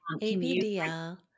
A-B-D-L